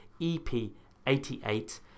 ep88